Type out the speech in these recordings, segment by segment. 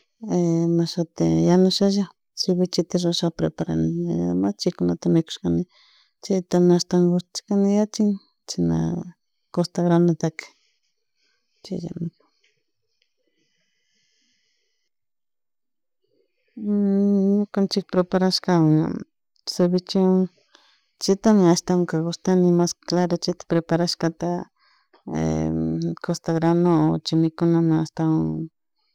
mashiti yanushalla, cebicheta rrushalla preparane ña cahycunata mikushani chayta ashtawan gushtashkani yanchin chashna costa granotaka, chayllami, ñukanchik preparashka cebichewan chita ashwanka gusthtani ashtawan mas claro chayta preparashkata costa granomi chay mikunami ashtawan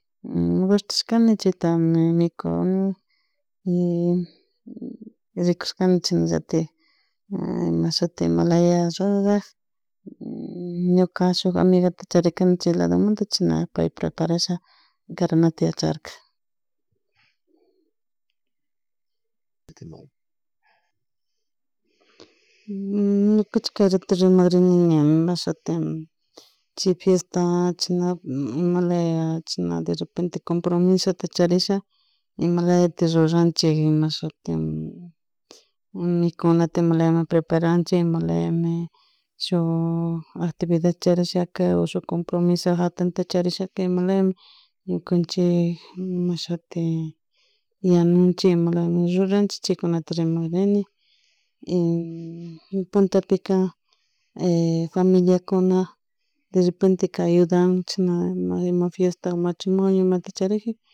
gushtashkani chaytami mikuni rikushkani chashanllatak imalaya rurak ñuka shuk amigata charikanchik ladumunta shina pay preprasha karanata yacharka. ñukuchik kay ratu rimakrinimi imashuti chay fiesta chashna imalaya chashan ima derrrepente compromisota charisha imalayatik ruranchik ima shuti mikuna imalyami preparanchik imalyami shuk actividadta charishaka oh shuk compromiso jatunta charishaka imalami ñukanchik imashuti yanunchik imalmi ruranchik chaykunatmi rimacrini y puntapika familiakuna derretpentepica ayudan ima compromiso o matrimonota charikpi